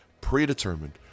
predetermined